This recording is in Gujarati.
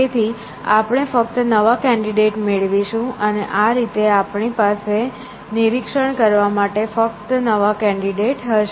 તેથી આપણે ફક્ત નવા કેન્ડિડેટ મેળવીશું અને આ રીતે આપણે પાસે નિરીક્ષણ કરવા માટે ફક્ત નવા કેન્ડિડેટ હશે